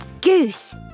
Goose